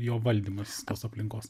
jo valdymas tos aplinkos